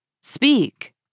Speak